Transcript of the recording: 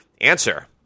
Answer